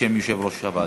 בשם יושב-ראש הוועדה.